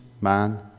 man